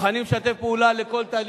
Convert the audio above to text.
מוכנים לשתף פעולה בכל תהליך.